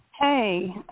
Hey